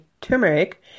turmeric